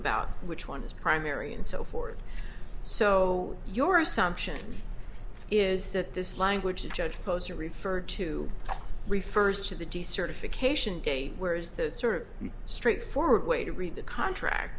about which one is primary and so forth so your assumption is that this language the judge closer referred to refers to the decertification day where is that sort of straightforward way to read the contract